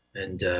and